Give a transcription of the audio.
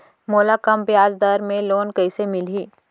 मोला कम ब्याजदर में लोन कइसे मिलही?